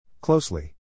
Closely